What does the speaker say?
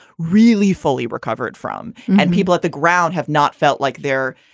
really fully recovered from. and people at the ground have not felt like they're.